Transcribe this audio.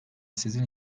sizin